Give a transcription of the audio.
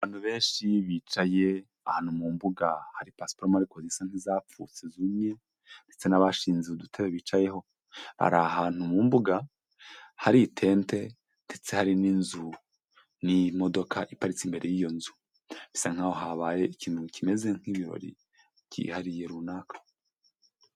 Abantu benshi bicaye ahantu mu mbuga hari pasiparumu ariko zisa n'izapfutse zumye, ndetse n'abashinze udutabe bicayeho. Hari ahantu mu mbuga hari itente ndetse hari n'inzu n'imodoka iparitse imbere y'iyo nzu. Bisa nk'ahabaye ikintu kimeze nk'ibirori byihariye runaka.